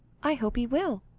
i hope he will,